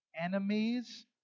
enemies